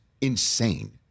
insane